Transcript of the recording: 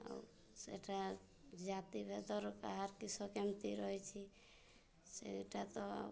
ଆଉ ସେଇଟା ଜାତି ଭେଦର କାହାର କିସ କେମିତି ରହିଛି ସେଇଟା ତ